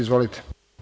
Izvolite.